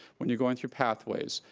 when you're going through pathways,